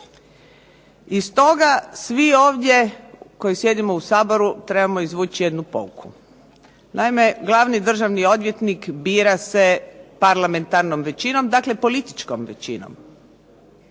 I stoga svi ovdje koji sjedimo u Saboru trebamo izvući jednu poruku. Naime, državni odvjetnik bira se parlamentarnom većinom, dakle političkom većinom